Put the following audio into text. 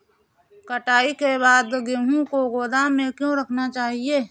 कटाई के बाद गेहूँ को गोदाम में क्यो रखना चाहिए?